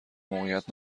موقعیت